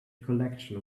collection